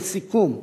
לסיכום,